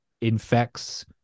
infects